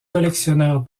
collectionneurs